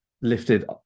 lifted